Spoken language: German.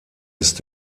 ist